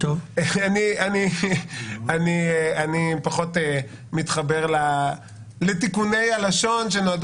אני פחות מתחבר לתיקוני הלשון שנועדו